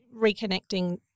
reconnecting